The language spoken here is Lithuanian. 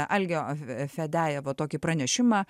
algio a fediajevo tokį pranešimą